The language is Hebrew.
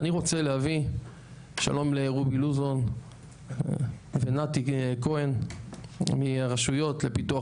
שלום לרובי לוזון ונתי כהן מהרשויות לפיתוח